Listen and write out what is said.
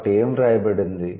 కాబట్టి ఏమి వ్రాయబడింది